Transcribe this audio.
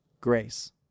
Grace